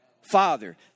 father